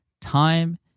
time